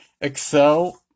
excel